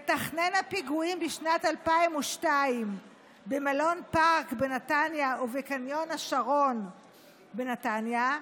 מתכנן הפיגועים בשנת 2002 במלון פארק בנתניה ובקניון השרון בנתניה,